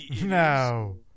No